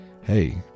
hey